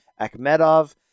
Akhmedov